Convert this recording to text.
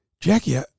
Jackie